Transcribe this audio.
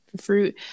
fruit